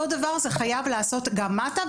אותו דבר זה חייב להיעשות גם מטה,